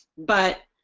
but